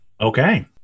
Okay